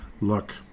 look